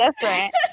different